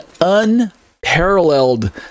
unparalleled